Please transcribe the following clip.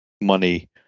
money